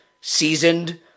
seasoned